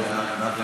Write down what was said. הבעות דעה.